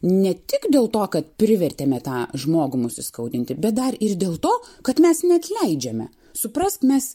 ne tik dėl to kad privertėme tą žmogų mus įskaudinti bet dar ir dėl to kad mes neatleidžiame suprask mes